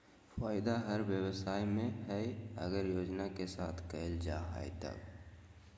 फायदा हर व्यवसाय में हइ अगर योजना के साथ कइल जाय तब